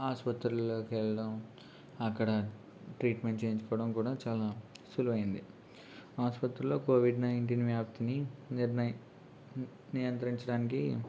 ఆసుపత్రులలో వెళ్ళడం అక్కడ ట్రీట్మెంట్ చేయించుకోవడం కూడా చాలా సులువు అయ్యింది ఆసుపత్రిలో కోవిడ్ నైన్టీన్ వ్యాప్తిని నిర్ణ నియంత్రించడానికి